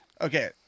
Okay